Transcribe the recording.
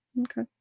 Okay